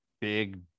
big